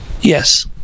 Yes